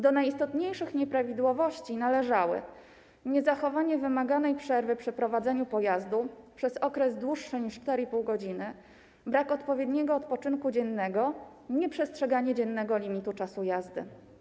Do najistotniejszych nieprawidłowości należały: niezachowanie wymaganej przerwy przy prowadzeniu pojazdu przez okres dłuższy niż 4,5 godziny, brak odpowiedniego odpoczynku dziennego, nieprzestrzeganie dziennego limitu czasu jazdy.